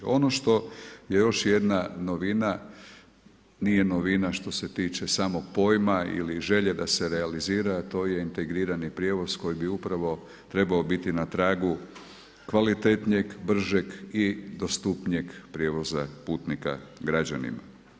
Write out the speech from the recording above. Ono što je još jedna novina, nije novina, što se tiče samog pojama ili želje da se realizira, to je integrirani prijevoz, koji bi upravo trebao biti na pragu kvalitetnijeg, bržeg i dostupnijeg prijevoza putnika građanima.